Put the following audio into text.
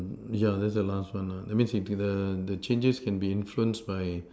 yeah that's the last one lah that's means if the the changes can be influence by